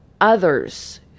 others